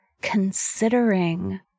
considering